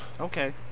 Okay